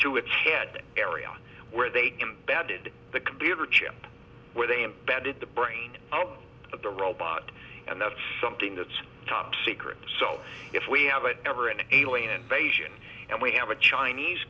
to its head area where they embedded the computer chip where they embed in the brain of the robot and that's something that's top secret so if we have an ever an alien invasion and we have a chinese